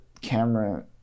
camera